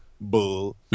bull